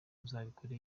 izabikora